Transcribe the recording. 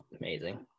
amazing